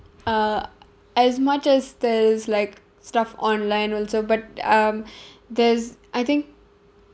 uh as much as there's like stuff online also but um there's I think